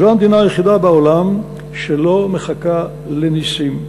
זו המדינה היחידה בעולם שלא מחכה לנסים,